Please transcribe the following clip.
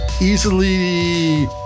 easily